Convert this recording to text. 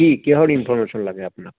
কি কিহৰ ইনফৰ্মেশ্যন লাগে আপোনাক